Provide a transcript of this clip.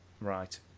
right